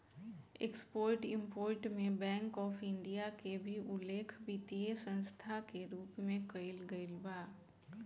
export import में bank of India के भी उल्लेख वित्तीय संस्था के रूप में कईल गईल बा